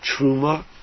Truma